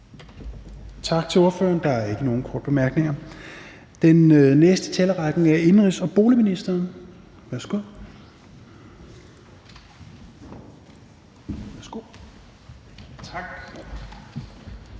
Tak til ordføreren. Der er ikke nogen korte bemærkninger. Den næste i talerrækken er indenrigs- og boligministeren. Værsgo. Kl.